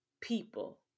people